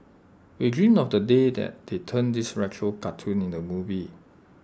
we dream of the day that they turn this retro cartoon into A movie